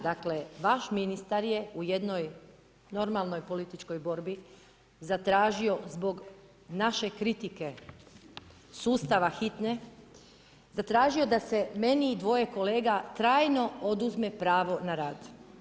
Dakle vaš ministar je u jednoj normalnoj političkoj borbi zatražio zbog naše kritike sustava hitne, zatražio da se meni i dvoje kolega trajno oduzme pravo na rad.